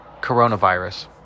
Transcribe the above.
coronavirus